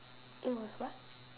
it was what